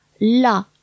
la